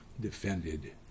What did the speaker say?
defended